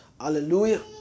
Hallelujah